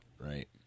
Right